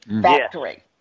Factory